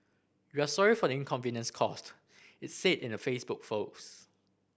we are sorry for the inconvenience caused it said in a Facebook